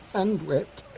and wet.